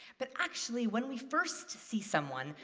but actually, when we first see someone,